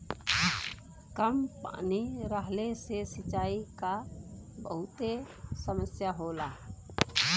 कम पानी रहले से सिंचाई क बहुते समस्या होला